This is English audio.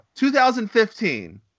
2015